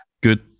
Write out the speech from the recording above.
Good